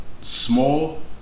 small